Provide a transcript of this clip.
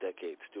decades